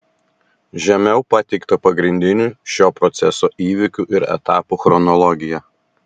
žemiau pateikta pagrindinių šio proceso įvykių ir etapų chronologija